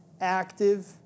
Active